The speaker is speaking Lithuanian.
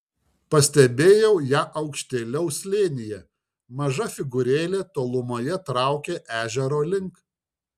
pastebėjau ją aukštėliau slėnyje maža figūrėlė tolumoje traukė ežero link